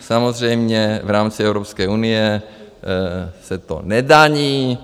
Samozřejmě v rámci Evropské unie se to nedaní.